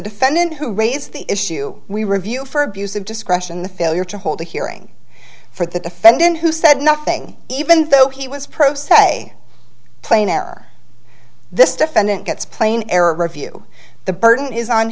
defendant who raised the issue we review for abuse of discretion the failure to hold a hearing for the defendant who said nothing even though he was pro se playing or this defendant gets plain error review the burden is on